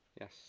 Yes